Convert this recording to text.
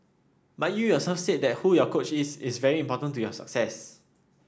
but you yourself said that who your coach is is very important to your success